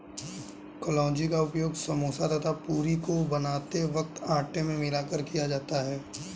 कलौंजी का उपयोग समोसा तथा पूरी को बनाते वक्त आटे में मिलाकर किया जाता है